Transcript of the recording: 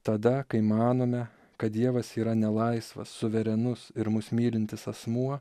tada kai manome kad dievas yra ne laisvas suverenus ir mus mylintis asmuo